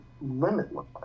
limitless